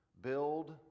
Build